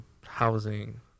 housing